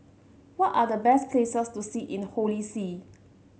what are the best places to see in Holy See